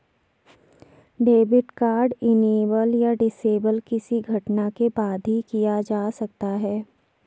debit card enable या disable किसी घटना के बाद ही किया जा सकता है